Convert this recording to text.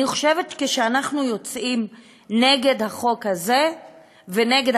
אני חושבת שכשאנחנו יוצאים נגד החוק הזה ונגד